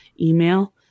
email